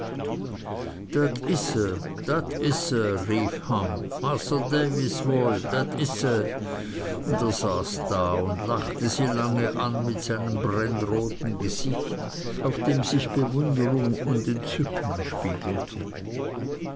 is se dat is se rief ham masr davy woll dat is se und er saß da und lachte sie lange an mit einem brennroten gesicht auf dem sich bewunderung und entzücken spiegelten